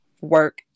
work